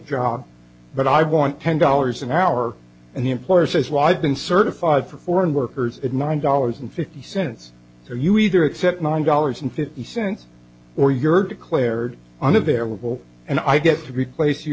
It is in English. job but i want ten dollars an hour and the employer says well i've been certified for foreign workers at nine dollars and fifty cents so you either accept nine dollars and fifty cents or you're declared on of their will and i get to replace you